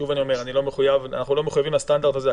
שוב אני אומר, אנחנו לא מחויבים לסטנדרט הזה.